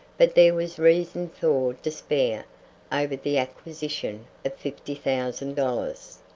but there was reason for despair over the acquisition of fifty thousand dollars.